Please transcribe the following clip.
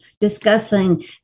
discussing